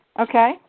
Okay